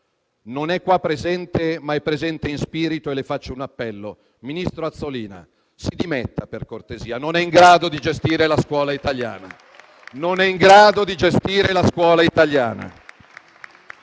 Non è qua presente, ma lo è nello spirito e le faccio un appello. Ministro Azzolina, si dimetta, per cortesia: non è in grado di gestire la scuola italiana.